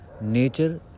nature